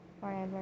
forever